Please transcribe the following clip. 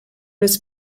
was